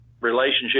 relationship